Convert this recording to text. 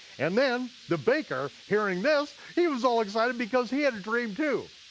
and then, the baker, hearing this, he was all excited because he had a dream too.